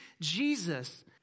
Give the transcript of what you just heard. Jesus